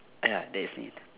ya that is me